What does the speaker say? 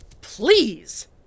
Please